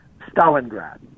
Stalingrad